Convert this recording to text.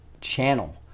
channel